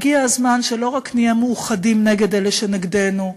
הגיע הזמן שלא רק נהיה מאוחדים נגד אלה שנגדנו,